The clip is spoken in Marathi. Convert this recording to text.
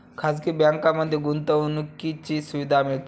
खाजगी बँकांमध्ये गुंतवणुकीची सुविधा मिळते